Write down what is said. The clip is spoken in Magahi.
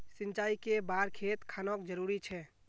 सिंचाई कै बार खेत खानोक जरुरी छै?